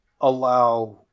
allow